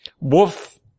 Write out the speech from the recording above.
Wolf